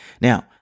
Now